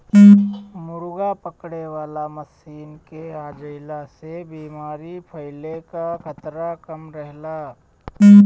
मुर्गा पकड़े वाला मशीन के आ जईला से बेमारी फईले कअ खतरा कम रहेला